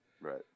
Right